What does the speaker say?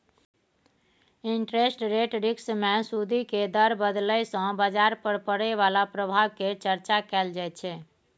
interest rate risk मे सूदि केर दर बदलय सँ बजार पर पड़य बला प्रभाव केर चर्चा कएल जाइ छै